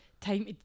time